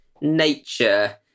nature